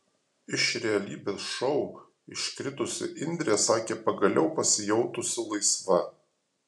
iš realybės šou iškritusi indrė sakė pagaliau pasijautusi laisva